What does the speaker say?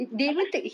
apa